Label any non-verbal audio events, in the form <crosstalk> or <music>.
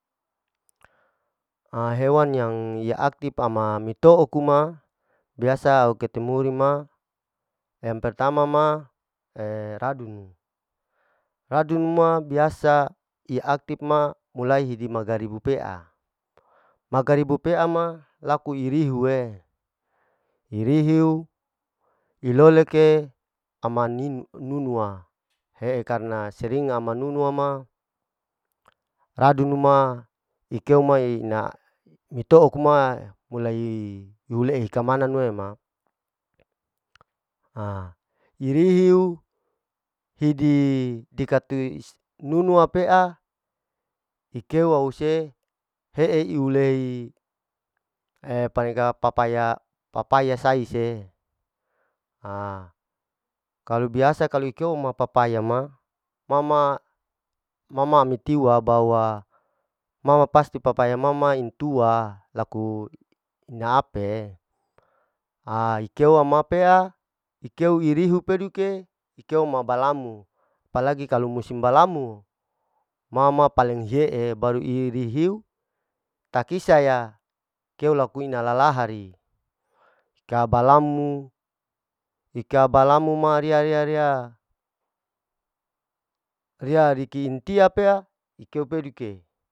A hewan yang ya aktip ama mitoa'kuma biasa au ketemu ri ma yang pertama ma <hesitation> radunu, radunu ma biasa mulai i'aktip ma mulai di magaribi pea, magaribi pea ma laku irihue, irihiu iloleke ama nin-nunuwa, he'e karna sering ama nunuwa ma, radun duma ikeu ma ina mitoukuma mulai yulehe kamananu ma, ha iriuh hidi dikatu nunuwa pea ikeu au se he'e ulei a paneka papaya-papaya sais se, ha kalu biasa kalu ikeu papaya ma, ma ma, ma ma amiitiu abawa mama pasti papaya ma ma intua, laku ina ape'e, ha ikeu ama pea ikeu irihu peduke, ikeu ma balamo apa lagi musim balamo ma ma paling he'e, irihiu takisaya keu laku ina lahahri, ika balamu, ika balamu ma riya, riya, riya, riya rikin tia pea ikeu peduke.